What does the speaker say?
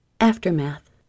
Aftermath